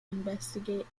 investigate